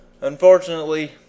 unfortunately